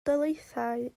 daleithiau